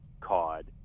cod